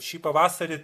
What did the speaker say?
šį pavasarį